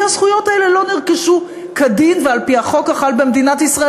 אלא כי הזכויות האלה לא נרכשו כדין ועל-פי החוק החל במדינת ישראל,